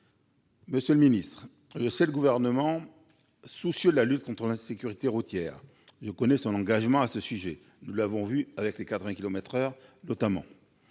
Monsieur le secrétaire d'État, je sais que le Gouvernement est soucieux de la lutte contre l'insécurité routière, je connais son engagement à ce sujet- nous l'avons vu avec les 80 kilomètres-heure notamment.